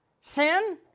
sin